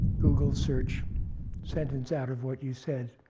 google search sentence out of what you said.